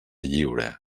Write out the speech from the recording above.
lliure